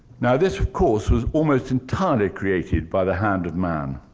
now, this of course, was almost entirely created by the hand of man